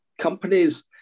Companies